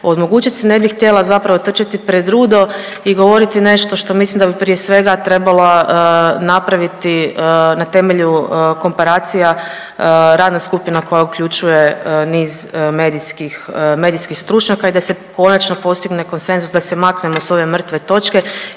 od mogućnosti, ne bih htjela zapravo trčati pred rudo i govoriti nešto što je mislim da bi prije svega trebala napraviti na temelju komparacija radna skupina koja uključuje niz medijskih stručnjaka i da se konačno postigne konsenzus, da se maknemo s ove mrtve točke